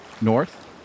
north